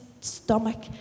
stomach